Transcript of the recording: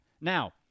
now